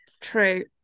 true